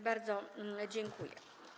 Bardzo dziękuję.